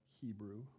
Hebrew